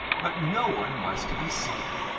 but no one was to be seen.